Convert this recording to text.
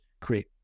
create